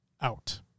out